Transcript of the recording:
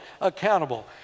accountable